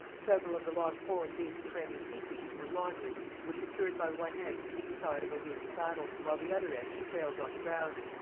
several of the long poles used to frame the teepees, or lodges, were secured by one end to each side of a rude saddle, while the other end trailed on the ground.